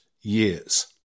years